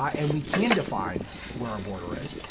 and we can define where our border is.